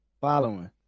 following